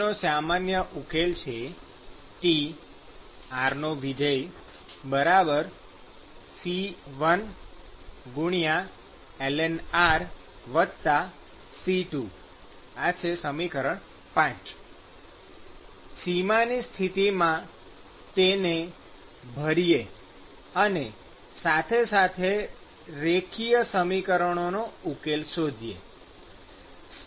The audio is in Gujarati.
તેનો સામાન્ય ઉકેલ છે TrC1lnrC2 ૫ સીમાની સ્થિતિમાં તેને ભરીએ અને સાથે સાથે રેખીય સમીકરણનો ઉકેલ શોધીએ